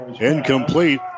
Incomplete